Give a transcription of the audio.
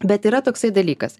bet yra toksai dalykas